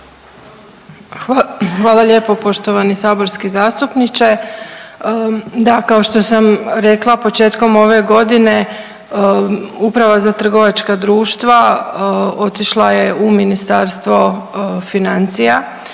Hvala lijepo poštovani saborski zastupniče. Da, kao što sam rekla početkom ove godine Uprava za trgovačka društva otišla je u Ministarstvo financija